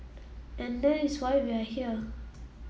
and that is why we are here